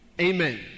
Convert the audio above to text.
Amen